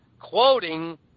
quoting